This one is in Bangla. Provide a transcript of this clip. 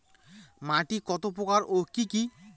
মাটি কত প্রকার ও কি কি?